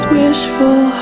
wishful